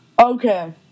Okay